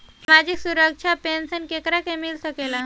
सामाजिक सुरक्षा पेंसन केकरा के मिल सकेला?